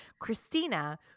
Christina